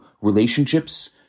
relationships